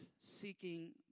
seeking